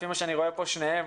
לפי מה שאני רואה פה שניהם